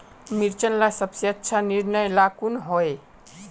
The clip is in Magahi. मिर्चन ला सबसे अच्छा निर्णय ला कुन होई?